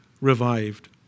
revived